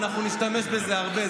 אנחנו נשתמש בזה הרבה.